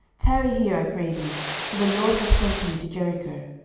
tarry here, i pray thee for the lord hath sent me to jericho.